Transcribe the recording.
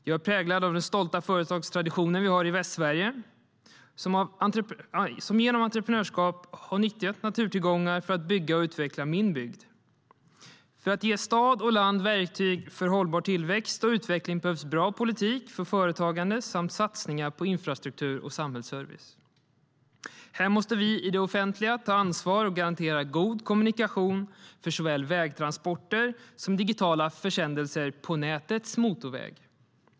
Jag är präglad av den stolta företagstradition vi har i Västsverige. Genom entreprenörskap har vi nyttjat naturtillgångar för att bygga och utveckla min bygd. För att ge stad och land verktyg för hållbar tillväxt och utveckling behövs bra politik för företagande samt satsningar på infrastruktur och samhällsservice. Här måste vi i det offentliga ta ansvar och garantera god kommunikation för såväl vägtransporter som digitala försändelser på nätets motorväg.